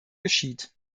geschieht